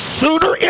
sooner